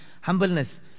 humbleness